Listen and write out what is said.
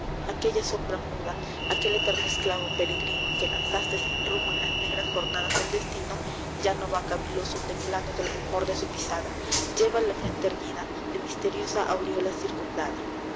aquella sombra mudaj aquel eterno esclavo peregrino que lanzaste sin rumbo en las negras jornadas del destino ya no vá caviloso temblando del rumor de su pisada lleva la frente erguida de misteriosa aureola circundada